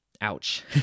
Ouch